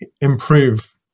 improve